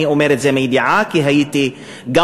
אני אומר את זה מידיעה, כי הייתי מורה,